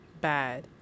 bad